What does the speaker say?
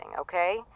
okay